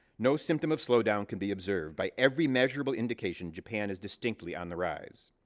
no symptom of slowdown could be observed. by every measurable indication, japan is distinctly on the rise.